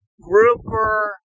grouper